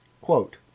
Quote